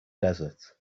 desert